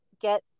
get